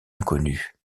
inconnue